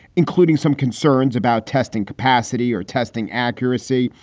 including some concerns about testing capacity or testing accuracy.